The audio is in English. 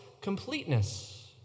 completeness